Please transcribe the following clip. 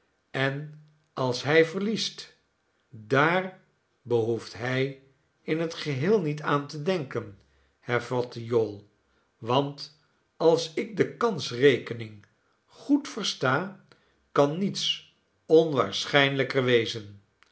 en als hij verliest daar behoeft hij in het geheel niet aan te denken hervatte jowl want als ik de kansrekening goed versta kan niets onwaarschijnlijker wezen